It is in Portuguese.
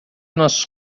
nossos